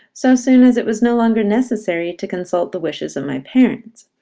so soon as it was no longer necessary to consult the wishes of my parents.